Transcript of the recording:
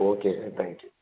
okay sir thank you